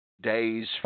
days